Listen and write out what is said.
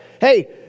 hey